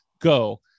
Go